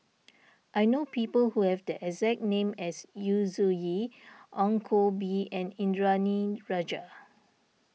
I know people who have the exact name as Yu Zhuye Ong Koh Bee and Indranee Rajah